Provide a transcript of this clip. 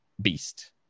beast